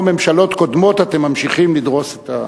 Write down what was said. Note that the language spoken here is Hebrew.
כמו ממשלות קודמות אתם ממשיכים לדרוס את,